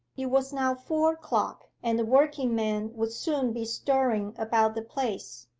it was now four o'clock, and the working-men would soon be stirring about the place.